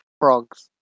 Frogs